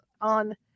on